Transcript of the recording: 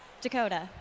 Dakota